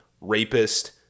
Rapist